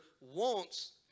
wants